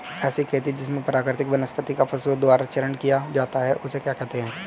ऐसी खेती जिसमें प्राकृतिक वनस्पति का पशुओं द्वारा चारण किया जाता है उसे क्या कहते हैं?